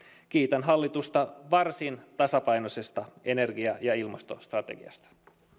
kiitän hallitusta varsin tasapainoisesta energia ja ilmastostrategiasta